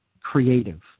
creative